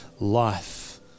life